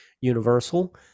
universal